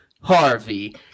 Harvey